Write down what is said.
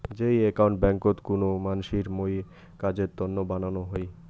যেই একাউন্ট ব্যাংকোত কুনো মানসির মুইর কাজের তন্ন বানানো হই